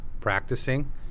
practicing